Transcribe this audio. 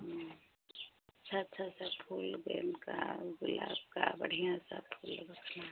अच्छा अच्छा सा फूल गेंदे का गुलाब का बढ़ियाँ सा फूल रखना